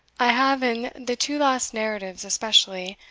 i have, in the two last narratives especially,